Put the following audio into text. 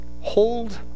hold